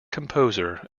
composer